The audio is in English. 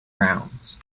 rounds